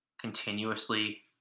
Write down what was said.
continuously